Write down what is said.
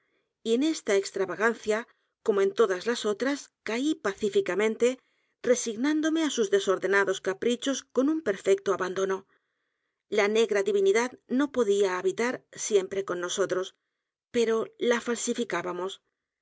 y en esta extravagancia como en todas las otras caí pacíficamente resignándome á sus desordenados caprichos con un perfecto abandono la n e g r a divinidad no podía habit a r siempre con nosotros pero la falsificábamos